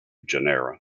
genera